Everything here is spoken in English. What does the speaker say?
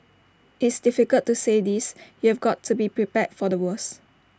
it's difficult to say this you've got to be prepared for the worst